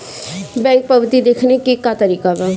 Bank पवती देखने के का तरीका बा?